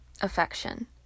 affection